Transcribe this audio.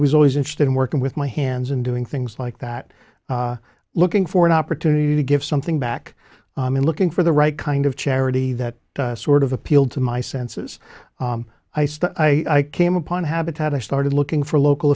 was always interested in working with my hands in doing things like that looking for an opportunity to give something back and looking for the right kind of charity that sort of appealed to my senses i stuff i came upon habitat i started looking for local